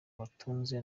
batunze